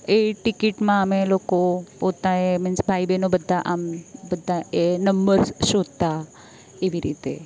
એ ટિકિટમાં અમે લોકો પોતે મિન્સ ભાઈ બહેનો બધાં આમ બધાં એ નંબર શોધતા એવી રીતે